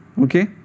Okay